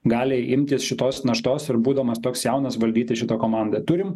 gali imtis šitos naštos ir būdamas toks jaunas valdyti šitą komandą turim